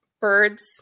birds